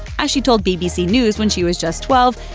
as she told bbc news when she was just twelve,